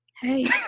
Hey